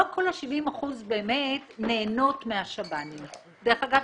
לא כל ה-70% באמת נהנות מהשב"נים - דרך אגב,